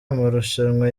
amarushanwa